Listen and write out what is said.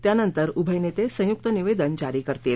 त्यानंतर उभय नेते संयुक्त निवेदन जारी करतील